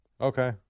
Okay